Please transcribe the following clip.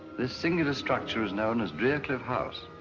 this singular structure is known as driercliff house.